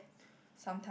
sometimes